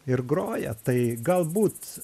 ir groja tai galbūt